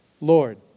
Lord